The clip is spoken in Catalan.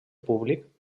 públic